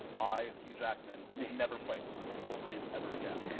i, hugh jackman, will never play wolverine ever again.